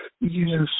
Yes